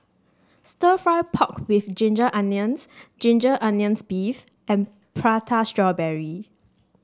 stir fry pork with Ginger Onions Ginger Onions beef and Prata Strawberry